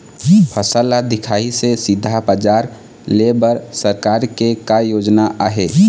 फसल ला दिखाही से सीधा बजार लेय बर सरकार के का योजना आहे?